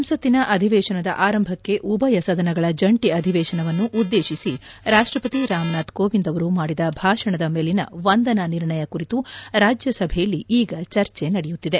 ಸಂಸತ್ತಿನ ಅಧಿವೇಶನದ ಆರಂಭಕ್ಕೆ ಉಭಯ ಸದನಗಳ ಜಂಟಿ ಅಧಿವೇಶನವನ್ನು ಉದ್ದೇಶಿಸಿ ರಾಷ್ಟ್ರಪತಿ ರಾಮನಾಥ್ ಕೋವಿಂದ್ ಅವರು ಮಾಡಿದ ಭಾಷಣದ ಮೇಲಿನ ವಂದನಾ ನಿರ್ಣಯ ಕುರಿತು ರಾಜ್ಯಸಭೆಯಲ್ಲಿ ಈಗ ಚರ್ಚೆ ನಡೆಯುತ್ತಿದೆ